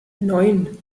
neun